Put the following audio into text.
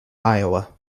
iowa